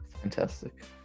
Fantastic